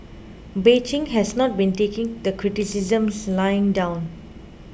Beijing has not been taking the criticisms lying down